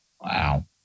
Wow